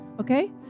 Okay